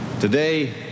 today